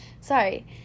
sorry